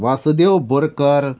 Vasudev Borkar